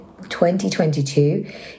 2022